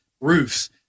roofs